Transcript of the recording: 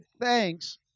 thanks